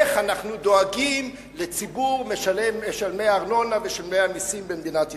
איך אנחנו דואגים לציבור משלמי הארנונה ומשלמי המסים במדינת ישראל.